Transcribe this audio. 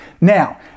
Now